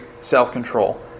self-control